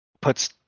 Puts